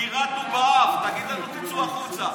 גירדנו באף, תגיד לנו: תצאו החוצה.